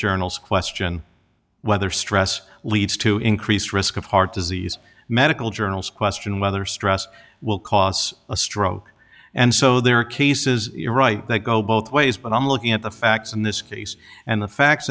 journals question whether stress leads to increased risk of heart disease medical journals question whether stress will cause a stroke and so there are cases in iraq that go both ways but i'm looking at the facts in this case and the facts